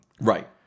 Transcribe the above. right